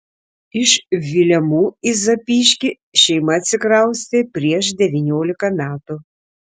iš vilemų į zapyškį šeima atsikraustė prieš devyniolika metų